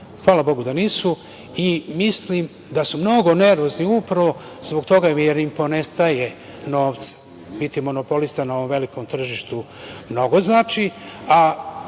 hvala Bogu da nisu uspeli. Mislim da su mnogo nervozni, upravo zbog toga jer im ponestaje novca, jer biti monopolista na ovom velikom tržištu, mnogo znači,